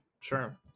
Sure